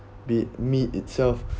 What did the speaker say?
be it meat itself